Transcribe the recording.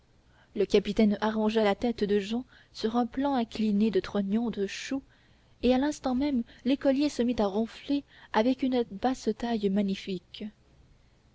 le capitaine arrangea la tête de jehan sur un plan incliné de trognons de choux et à l'instant même l'écolier se mit à ronfler avec une basse-taille magnifique